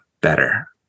better